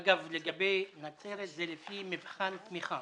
אגב, לגבי נצרת, זה לפי מבחן תמיכה.